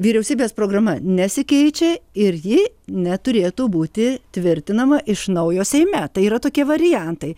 vyriausybės programa nesikeičia ir ji neturėtų būti tvirtinama iš naujo seime tai yra tokie variantai